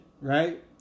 right